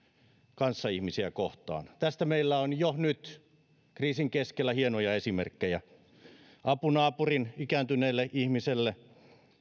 kanssaihmisiä kohtaan tästä meillä on jo nyt kriisin keskellä hienoja esimerkkejä apu naapurin ikääntyneelle ihmiselle